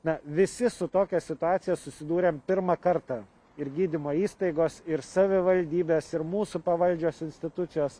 na visi su tokia situacija susidūrėm pirmą kartą ir gydymo įstaigos ir savivaldybės ir mūsų pavaldžios institucijos